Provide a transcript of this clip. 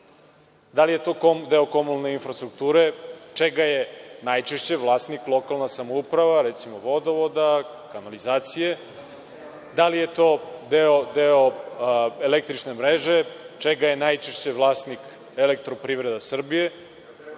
Da li je to deo komunalne infrastrukture, čega je najčešće vlasnik lokalna samouprava, recimo vodovoda, kanalizacije? Da li je to deo električne mreže, čega je najčešće vlasnik EPS? Da li je